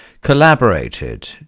collaborated